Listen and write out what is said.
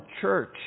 church